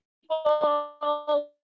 people